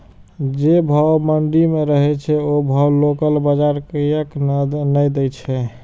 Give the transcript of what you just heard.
जे भाव मंडी में रहे छै ओ भाव लोकल बजार कीयेक ने दै छै?